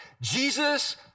Jesus